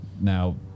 now